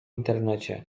internecie